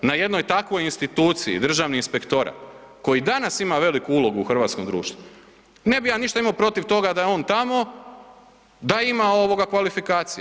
Na jednoj takvoj instituciji, Državni inspektorat koji danas ima veliku ulogu u hrvatskom društvu, ne bi ja ništa imao protiv toga da je on tamo, da ima kvalifikacije.